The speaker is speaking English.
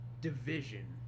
division